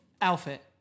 outfit